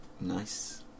nice